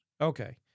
okay